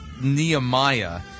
Nehemiah